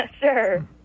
Sure